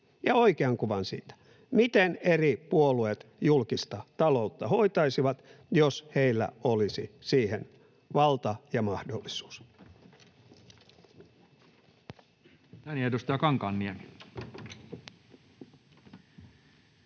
oikean kuvan — siitä, miten eri puolueet julkista taloutta hoitaisivat, jos heillä olisi siihen valta ja mahdollisuus.